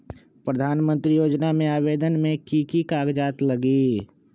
प्रधानमंत्री योजना में आवेदन मे की की कागज़ात लगी?